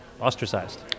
ostracized